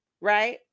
Right